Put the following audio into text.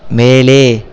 மேலே